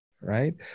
right